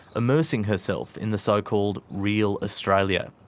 immersing herself in the so-called real australia.